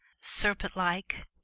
serpent-like